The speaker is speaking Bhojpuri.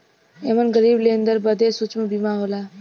एमन गरीब लेनदार बदे सूक्ष्म बीमा होला